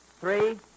three